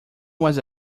was